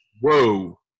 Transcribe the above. Whoa